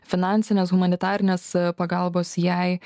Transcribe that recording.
finansinės humanitarinės pagalbos jai